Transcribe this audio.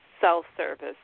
self-service